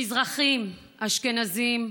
מזרחים, אשכנזים,